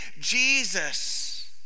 Jesus